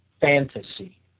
fantasy